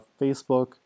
Facebook